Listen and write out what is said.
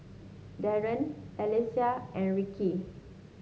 Dandre Alecia and Ricki